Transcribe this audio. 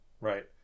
Right